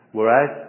Whereas